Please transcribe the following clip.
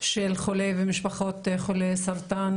של חולי ומשפחות חולי סרטן